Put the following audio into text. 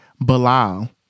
Bilal